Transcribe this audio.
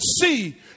see